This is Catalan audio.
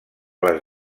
les